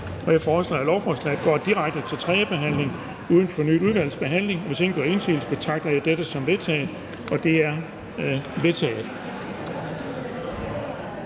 Jeg foreslår at lovforslaget går direkte til tredjebehandling uden fornyet udvalgsbehandling. Hvis ingen gør indsigelse, betragter jeg dette som vedtaget. Det er vedtaget.